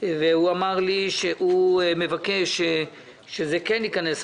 והוא אמר לי שהוא מבקש שזה כן ייכנס,